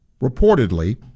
Reportedly